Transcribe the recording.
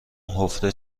حفره